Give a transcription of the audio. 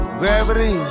gravity